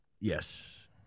Yes